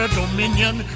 dominion